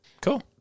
Cool